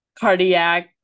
cardiac